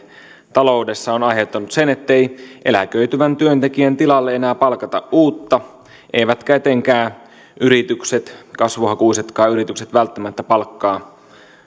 taloudessa on aiheuttanut sen ettei eläköityvän työntekijän tilalle enää palkata uutta eivätkä etenkään yritykset kasvuhakuisetkaan yritykset välttämättä palkkaa